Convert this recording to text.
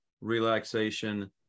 relaxation